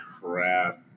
crap